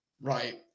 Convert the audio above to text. right